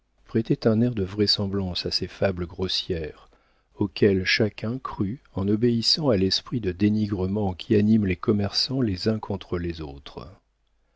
prêtaient un air de vraisemblance à ces fables grossières auxquelles chacun crut en obéissant à l'esprit de dénigrement qui anime les commerçants les uns contre les autres